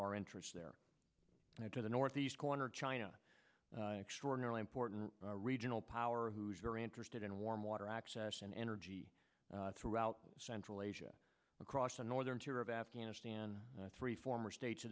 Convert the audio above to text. our interests there and to the northeast corner china extraordinarily important regional power who is very interested in warm water access and energy throughout central asia across the northern tier of afghanistan three former state